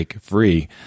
free